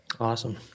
Awesome